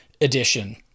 edition